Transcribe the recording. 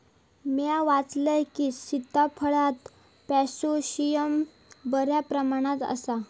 म्या वाचलंय की, सीताफळात पोटॅशियम बऱ्या प्रमाणात आसता